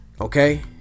okay